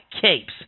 capes